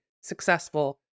successful